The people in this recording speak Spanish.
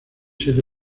siete